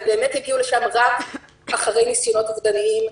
באמת הגיעו לשם רק אחרי ניסיונות אובדניים,